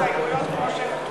על ההסתייגויות כמו שהן כתובות.